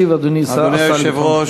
ישיב אדוני השר לביטחון פנים.